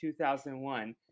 2001